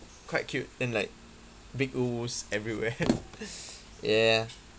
quite cute then like big oo-oos everywhere ya